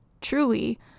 truly